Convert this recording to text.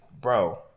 bro